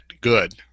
good